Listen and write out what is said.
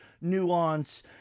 nuance